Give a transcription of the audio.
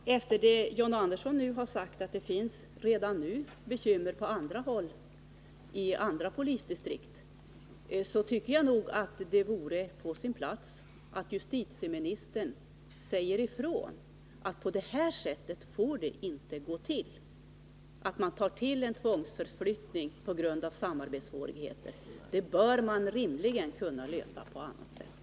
Herr talman! Sedan John Andersson sagt att det redan nu finns bekymmer inom andra polisdistrikt tycker jag nog att det vore på sin plats att justitieministern säger ifrån att på det här sättet får det inte gå till, dvs. att man tillgriper tvångsförflyttning för att lösa samarbetssvårigheter. Samarbetssvårigheter bör rimligen kunna lösas på annat sätt.